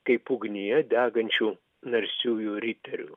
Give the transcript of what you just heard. kaip ugnyje degančių narsiųjų riterių